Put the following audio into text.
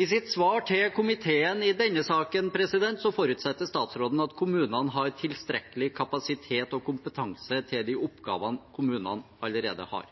I sitt svar til komiteen i denne saken forutsetter statsråden at kommunene har tilstrekkelig kapasitet og kompetanse til de oppgavene kommunene allerede har.